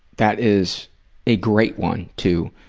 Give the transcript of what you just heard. that is a great one to,